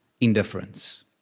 indifference